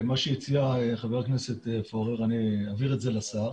מה שהציע חבר הכנסת פורר אני אעביר את זה לשר.